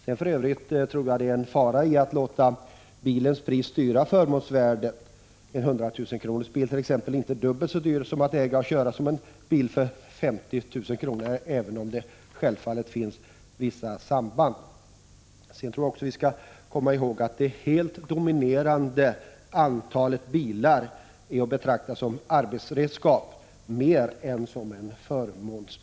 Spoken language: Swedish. Det ligger för övrigt en fara i att låta bilens pris styra förmånsvärdet. En 100 000-kronorsbil är t.ex. inte dubbelt så dyr att äga och köra som en 50 000-kronorsbil, även om det självfallet finns vissa samband. Vi skall också komma ihåg att det helt dominerande antalet tjänstebilar är att betrakta som arbetsredskap mer än som en förmån.